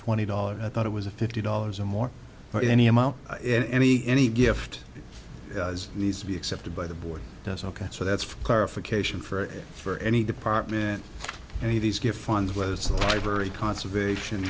twenty dollars i thought it was a fifty dollars or more or any amount in any any gift needs to be accepted by the board that's ok so that's a clarification for it for any department and these get funds whether it's a library conservation